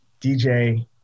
DJ